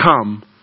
come